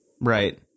Right